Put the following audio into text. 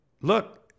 Look